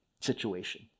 situation